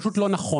פשוט לא נכון.